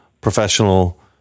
professional